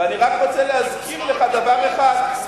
ואני רק רוצה להזכיר לך דבר אחד.